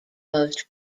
most